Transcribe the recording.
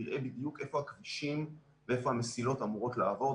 אתה תראה בדיוק איפה הכבישים ואיפה המסילות אמורות לעבור.